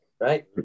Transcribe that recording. right